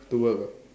to work ah